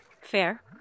fair